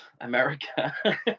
America